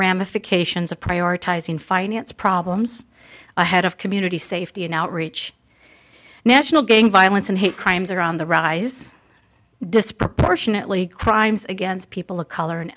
ramifications of prioritizing finance problems ahead of community safety in outreach national gang violence and hate crimes are on the rise disproportionately crimes against people of color